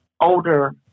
older